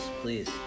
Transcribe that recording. please